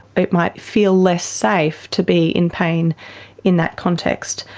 it might feel less safe to be in pain in that context.